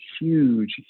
huge